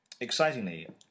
excitingly